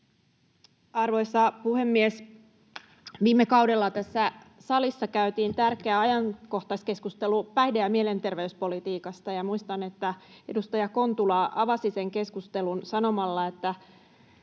Arvoisa puhemies! Viime kaudella tässä salissa käytiin tärkeä ajankohtaiskeskustelu päihde‑ ja mielenterveyspolitiikasta, ja muistan, että edustaja Kontula avasi sen keskustelun sanomalla, että